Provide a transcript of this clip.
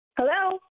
Hello